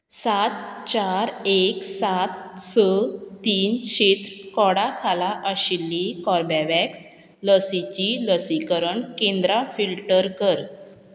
सात चार एक सात स तीन क्षेत्र कॉडा खाला आशिल्लीं कॉर्बेवॅक्स लसीचीं लसीकरण केंद्रां फिल्टर कर